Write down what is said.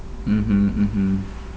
mmhmm mmhmm